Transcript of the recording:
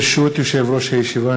ברשות יושב-ראש הישיבה,